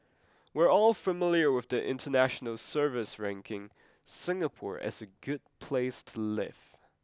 we're all familiar with the international surveys ranking Singapore as a good place to live